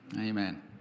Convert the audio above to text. Amen